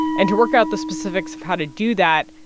and to work out the specifics of how to do that,